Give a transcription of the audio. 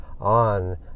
on